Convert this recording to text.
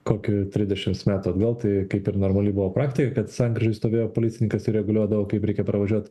kokių trisdešims metų atgal tai kaip ir normali buvo praktika kad sankryžoj stovėjo policininkas ir reguliuodavo kaip reikia pravažiuot